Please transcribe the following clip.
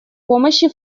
помощи